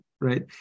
right